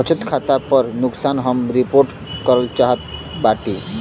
बचत खाता पर नुकसान हम रिपोर्ट करल चाहत बाटी